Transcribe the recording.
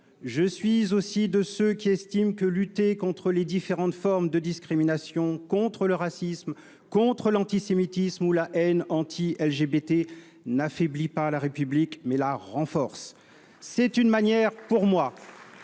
Je suis aussi de ceux qui estiment que la lutte contre les différentes formes de discrimination, contre le racisme, contre l'antisémitisme et la haine anti-LGBT n'affaiblit pas la République, mais la renforce. C'est une manière d'exprimer